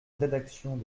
rédaction